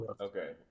Okay